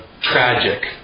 tragic